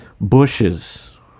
bushes